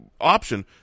option